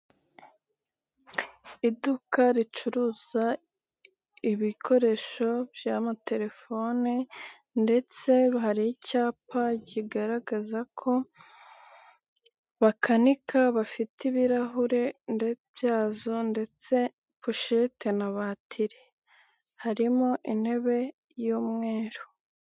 Iduka ricuruza ibikoresho by'amatelefone, ndetse hari icyapa kigaragaza ko bakanika bafite ibirahure ndetse byazo, ndetse poshete na batiri harimo intebe y'umweru.